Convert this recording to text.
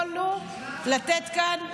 יכולנו לתת כאן לכולם,